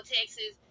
Texas